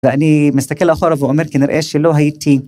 אני מסתכל אחורה ואומר כנראה שלא הייתי